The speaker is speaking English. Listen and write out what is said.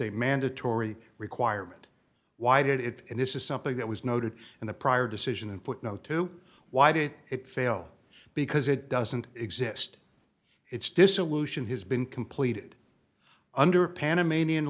a mandatory requirement why did it and this is something that was noted in the prior decision and footnote two why did it fail because it doesn't exist it's dissolution has been completed under panamanian